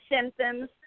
symptoms